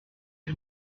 est